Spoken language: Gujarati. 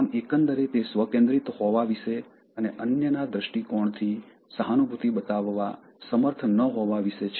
આમ એકંદરે તે સ્વકેન્દ્રિત હોવા વિશે અને અન્યના દૃષ્ટિકોણથી સહાનુભૂતિ બતાવવા સમર્થ ન હોવા વિશે છે